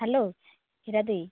hello Hira ଦେଇ